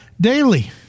daily